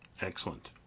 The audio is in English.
Excellent